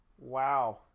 Wow